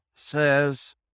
Says